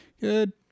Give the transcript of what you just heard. Good